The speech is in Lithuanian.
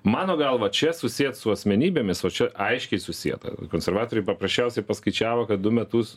mano galva čia susiet su asmenybėmis o čia aiškiai susieta konservatoriai paprasčiausiai paskaičiavo kad du metus